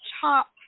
top